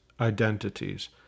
identities